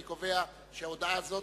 אני קובע שההודעה הזאת,